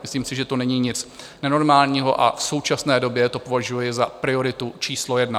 Myslím si, že to není nic nenormálního, a v současné době to považuju za prioritu číslo jedna.